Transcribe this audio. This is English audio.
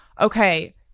okay